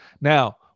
now